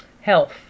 health